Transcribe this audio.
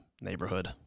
neighborhood